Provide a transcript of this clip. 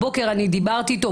הבוקר דיברתי איתו,